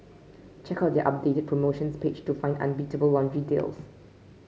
check out their updated promotions page to find unbeatable laundry deals